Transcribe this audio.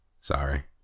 sorry